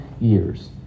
years